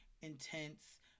intense